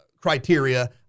criteria